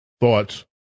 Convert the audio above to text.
thoughts